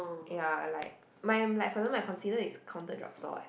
ya like my am like for example my consider is counter drug store what